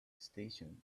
station